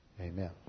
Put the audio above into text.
amen